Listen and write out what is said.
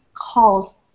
calls